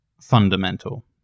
fundamental